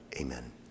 Amen